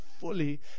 fully